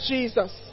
Jesus